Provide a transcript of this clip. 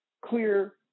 clear